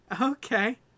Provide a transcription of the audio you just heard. okay